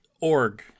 org